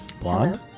Blonde